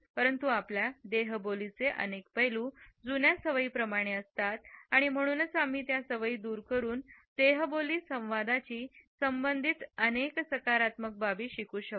परंतु आपल्या देहबोलीचे अनेक पैलू जुन्या सवयीप्रमाणे असतात आणि म्हणूनच आम्ही या सवयी दूर करून देहबोली संवादाची संबंधित अनेक सकारात्मक बाबी शिकू शकतो